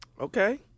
okay